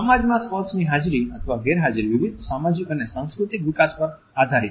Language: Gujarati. સમાજમાં સ્પર્શની હાજરી અથવા ગેરહાજરી વિવિધ સામાજિક અને સાંસ્કૃતિક વિકાસ પર આધારિત છે